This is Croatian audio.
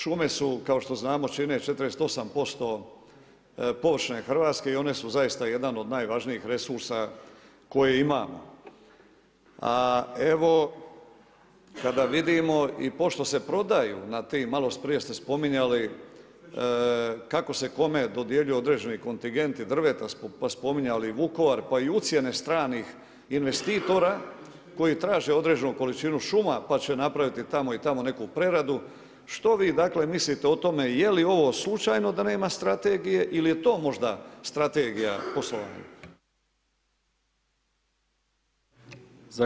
Šume kao znamo čine 48% površine Hrvatske i one su zaista jedan od najvažnijih resursa koje imamo, a evo kada vidimo i pošto se prodaju na tim, maloprije ste spominjali kako se kome dodjeljuju određeni kontingenti drveta pa smo spominjali Vukovar pa i ucjene stranih investitora koji traže određenu količinu šuma će napraviti tamo i tamo neku preradu, što vi dakle mislite o tome je li ovo slučajno da nema strategije ili je to možda strategija poslovanja?